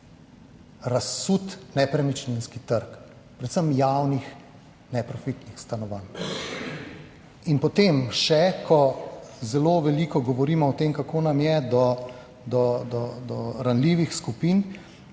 razsut nepremičninski trg, predvsem javnih neprofitnih stanovanj. In potem še, ko zelo veliko govorimo o tem, kako nam je do ranljivih skupin,